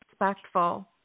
respectful